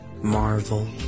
Marvel